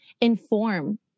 inform